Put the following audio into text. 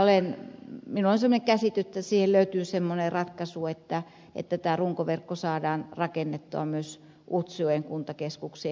minulla on käsitys että siihen löytyy semmoinen ratkaisu että tämä runkoverkko saadaan rakennettua myös utsjoen kuntakeskukseen